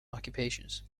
occupations